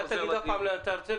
אל תגיד אף פעם לאן אתה יוצא,